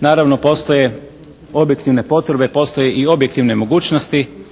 Naravno postoje objektivne potrebe, postoje i objektivne mogućnosti.